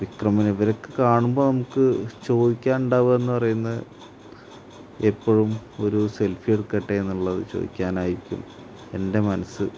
വിക്രമിന് ഇവരൊക്കെ കാണുമ്പോൾ നമുക്ക് ചോദിക്കാനുണ്ടാകുകയെന്നു പറയുന്നത് എപ്പോഴും ഒരു സെൽഫി എടുക്കട്ടേയെന്നുള്ളത് ചോദിക്കാനായിരിക്കും എൻ്റെ മനസ്സ്